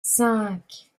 cinq